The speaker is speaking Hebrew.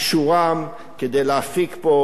כדי להפיק פה חדשות,